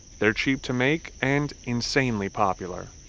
they're cheap to make and insanely popular.